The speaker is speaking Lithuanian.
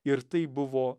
ir tai buvo